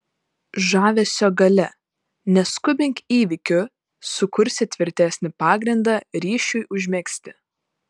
žavesio galia neskubink įvykių sukursi tvirtesnį pagrindą ryšiui užmegzti